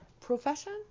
profession